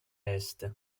est